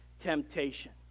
temptation